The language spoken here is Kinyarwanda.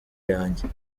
yanjye